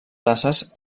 tasses